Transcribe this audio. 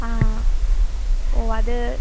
ആ ഓ അത്